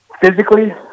physically